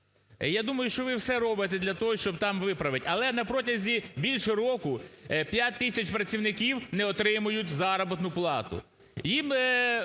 Я думаю, що ви все робите для того, щоб там виправить. Але на протязі більше року 5 тисяч працівників не отримують заробітну плату. Їм